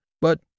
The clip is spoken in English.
But